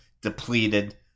depleted